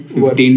15